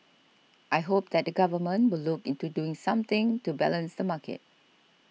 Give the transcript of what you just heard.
I hope that the Government will look into doing something to balance the market